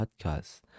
podcast